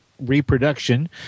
reproduction